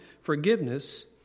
forgiveness